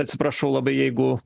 atsiprašau labai jeigu